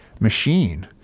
machine